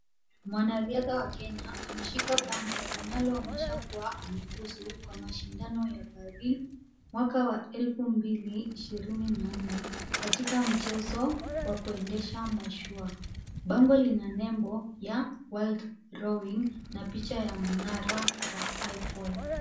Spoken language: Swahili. Mwanariadha wa Kenya ameshika bango linaloonyesha kuwa amefuzu kwa mashindano ya Paris, mwaka wa elfu mbili ishirini na nne katika mchezo wa kuendesha mashua. Bango lina nembo ya world rowing na picha ya mnara wa iphone.